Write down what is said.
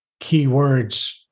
keywords